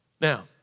Now